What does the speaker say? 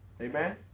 Amen